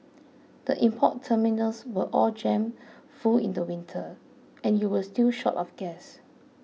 the import terminals were all jammed full in the winter and you were still short of gas